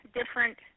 different